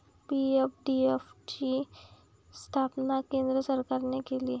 PFDF ची स्थापना केंद्र सरकारने केली